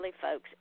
folks